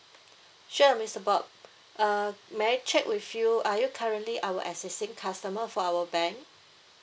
sure mister bob uh may I check with you are you currently our existing customer for our bank